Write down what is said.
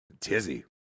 Tizzy